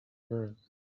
room